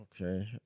Okay